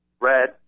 red